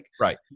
Right